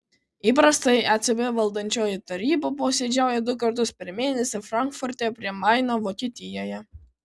įprastai ecb valdančioji taryba posėdžiauja du kartus per mėnesį frankfurte prie maino vokietijoje